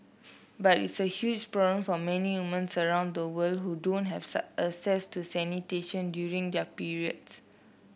but it's a huge problem for many women around the world who don't have access to sanitation during their periods